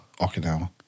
Okinawa